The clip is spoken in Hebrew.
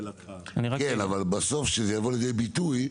אבל בסוף כשזה יבוא לידי ביטוי,